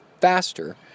faster